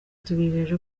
tubijeje